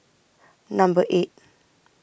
Number eight